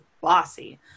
bossy